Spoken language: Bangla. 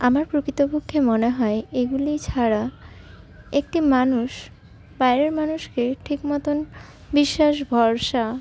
আমার প্রকৃতপক্ষে মনে হয় এগুলি ছাড়া একটি মানুষ বাইরের মানুষকে ঠিক মতোন বিশ্বাস ভরসা